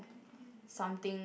something